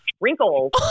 wrinkles